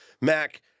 Mac